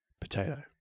Potato